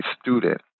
student